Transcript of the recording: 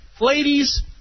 Ladies